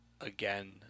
again